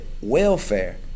welfare